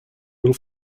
will